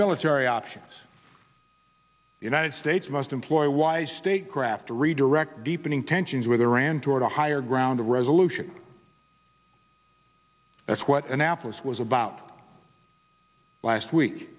military options united states must employ wise statecraft to redirect deepening tensions with iran toward a higher ground a resolution that's what annapolis was about last week